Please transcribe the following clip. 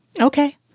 Okay